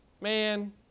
Man